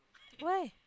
why